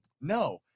No